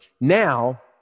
Now